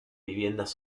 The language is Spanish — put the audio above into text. viviendas